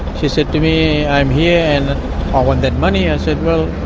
she said to me, i'm here and i want that money. i said, well,